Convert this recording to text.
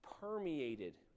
permeated